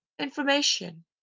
information